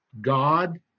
God